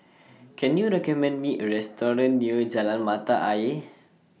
Can YOU recommend Me A Restaurant near Jalan Mata Ayer